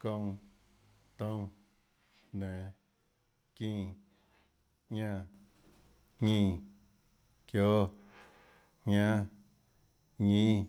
Kounã, toúnâ, nenå, çínã, ñánã, jñínã, çióâ, jñánâ, ñínâ,